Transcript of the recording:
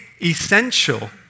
essential